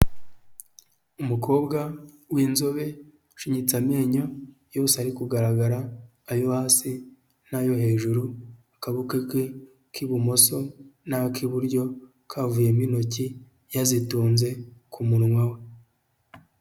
Umukobwa w'inzobe ushinyitse amenyo yose ari kugaragara ayo hasi n'ayo hejuru, akaboko ke k'ibumoso na k'iburyo kavuyemo intoki yazitunze ku munwa we.